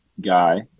guy